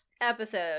episode